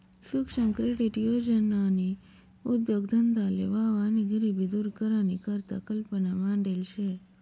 सुक्ष्म क्रेडीट योजननी उद्देगधंदाले वाव आणि गरिबी दूर करानी करता कल्पना मांडेल शे